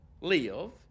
live